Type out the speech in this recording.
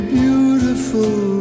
beautiful